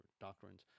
doctrines